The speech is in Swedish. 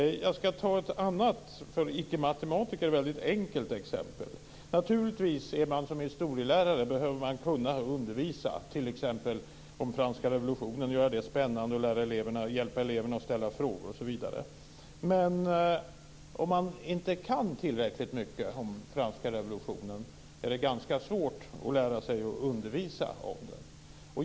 Jag ska ta ett annat, för ickematematiker väldigt enkelt exempel. Naturligtvis behöver man som historielärare kunna undervisa t.ex. om franska revolutionen. Man behöver göra det spännande, man behöver hjälpa eleverna att ställa frågor, osv. Men om man inte kan tillräckligt mycket om franska revolutionen är det ganska svårt att lära sig att undervisa om den.